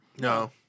No